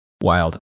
Wild